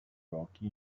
rocky